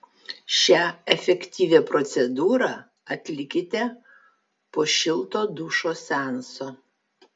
šią efektyvią procedūrą atlikite po šilto dušo seanso